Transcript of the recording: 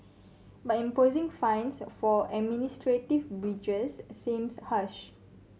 but imposing fines for administrative breaches seems harsh